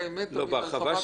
ההרחבה מצטמצמת.